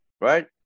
right